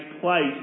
place